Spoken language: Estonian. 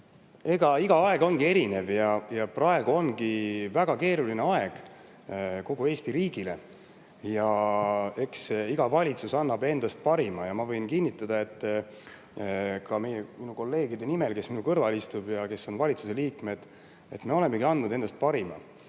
Iga aeg on erinev ja praegu ongi väga keeruline aeg kogu Eesti riigi jaoks. Eks iga valitsus annab endast parima. Ma võin kinnitada, ka oma kolleegide nimel, kes minu kõrval istuvad ja kes on valitsuse liikmed, et me olemegi andnud endast parima,